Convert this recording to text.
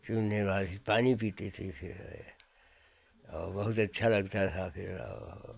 चुनने के बाद पानी पीती थी फिर और बहुत अच्छा लगता था फिर और